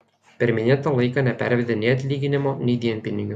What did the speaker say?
per minėtą laiką nepervedė nei atlyginimo nei dienpinigių